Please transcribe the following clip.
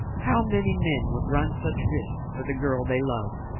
how many men would run such risks for the girl they loved?